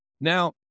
Now